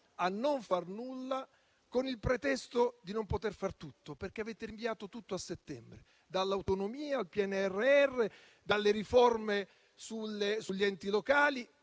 a non far nulla, con il pretesto di non poter far tutto. Avete, infatti, rinviato tutto a settembre: dall'autonomia al PNRR, dalle riforme sugli enti locali,